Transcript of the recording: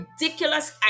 ridiculous